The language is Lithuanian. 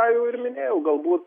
ką jau ir minėjau galbūt